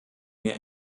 mehr